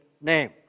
name